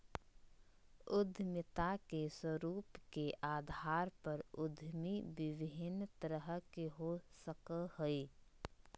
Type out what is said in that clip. उद्यमिता के स्वरूप के अधार पर उद्यमी विभिन्न तरह के हो सकय हइ